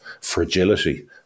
fragility